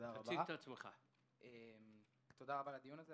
תודה רבה על הדיון הזה,